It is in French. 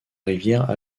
rivière